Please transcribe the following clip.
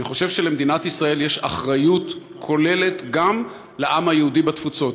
אני חושב שלמדינת ישראל יש אחריות כוללת גם לעם היהודי בתפוצות.